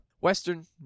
Western